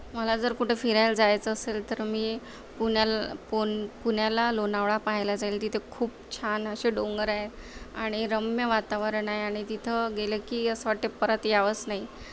मला जर कुठं फिरायला जायचं असेल तर मी पुण्याल् पुण् पुण्याला लोणावळा पाहायला जाईल तिथे खूप छान असे डोंगर आहे आणि रम्य वातावरण आहे आणि तिथं गेलं की असं वाटतं परत यावंस नाही